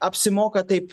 apsimoka taip